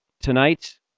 tonight